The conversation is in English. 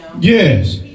Yes